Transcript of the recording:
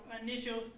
Initial